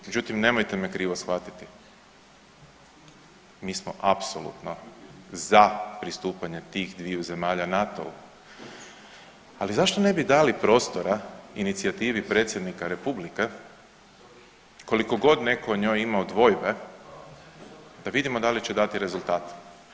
Međutim, nemojte me krivo shvatiti mi smo apsolutno za pristupanje tih dviju zemalja NATO-u, ali zašto ne dali prostora inicijativi predsjednika Republika koliko god netko o njoj imamo dvojbe da vidimo da će dati rezultat.